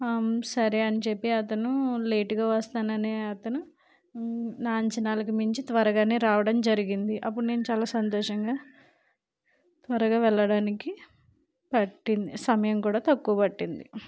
సరే అని చెప్పి అతను లేటుగా వస్తానని అతను నా అంచనాలకు మించి త్వరగానే రావడం జరిగింది అప్పుడు నేను చాలా సంతోషంగా త్వరగా వెళ్లడానికి పట్టిం సమయం కూడా తక్కువ పట్టింది